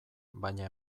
baina